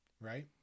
right